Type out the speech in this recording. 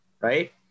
right